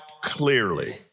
clearly